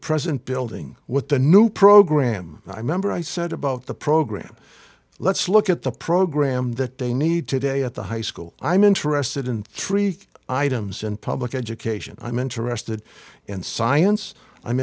present building with the new program i remember i said about the program let's look at the program that they need today at the high school i'm interested in three items in public education i'm interested in science i'm